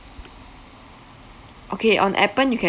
okay on appen you can